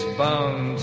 bound